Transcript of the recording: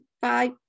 five